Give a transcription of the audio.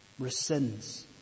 rescinds